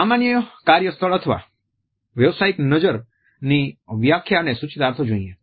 સામાન્ય કાર્ય સ્થળ અથવા વ્યવસાયિક નજરની વ્યાખ્યા અને સુચિતાર્થો જોઈએ